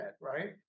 right